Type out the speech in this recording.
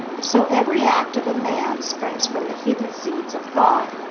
so every act of a man springs from the hidden seeds of thought,